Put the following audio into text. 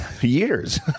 years